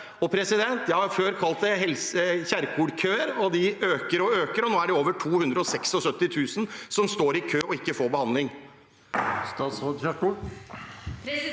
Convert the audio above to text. i arbeidslivet? Jeg har før kalt det Kjerkol-køer, og de øker og øker. Nå er det over 276 000 som står i kø og ikke får behandling. Statsråd Ingvild